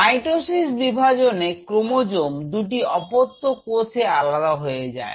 mitosis বিভাজনে chromosome দুটি অপত্য কোষে আলাদা হয়ে যায়